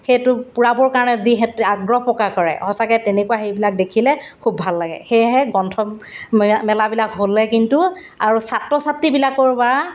সেইটো পূৰাবৰ কাৰণে যিহেতু আগ্ৰহ প্ৰকাশ কৰে সঁচাকৈ তেনেকুৱা হেৰিবিলাক দেখিলে খুব ভাল লাগে সেয়েহে গ্ৰন্থমে মেলাবিলাক হ'লে কিন্তু আৰু ছাত্ৰ ছাত্ৰীবিলাকৰ পৰা